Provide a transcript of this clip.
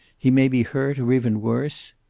he may be hurt, or even worse?